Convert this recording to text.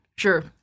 Sure